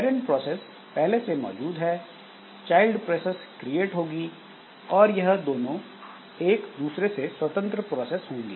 parent process पहले से मौजूद है चाइल्ड प्रोसेस क्रिएट होगी और यह दोनों एक दूसरे से स्वतंत्र प्रोसेस होंगी